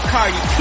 Cardi